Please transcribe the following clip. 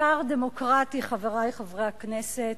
משטר דמוקרטי, חברי חברי הכנסת,